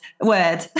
word